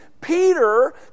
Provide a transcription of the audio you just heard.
Peter